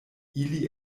ili